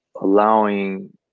allowing